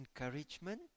encouragement